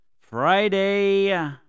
Friday